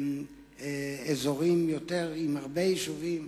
אזורים עם הרבה יישובים,